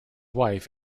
wife